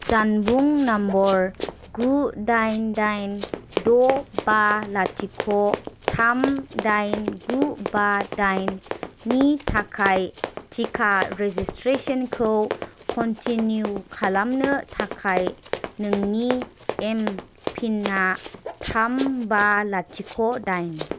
जानबुं नम्बर गु दाइन दाइन द' बा लाथिख' थाम दाइन गु बा दाइननि थाखाय टिका रेजिस्ट्रेसनखौ कन्टिनिउ खालामनो थाखाय नोंनि एमपिनआ थाम बा लाथिख' दाइन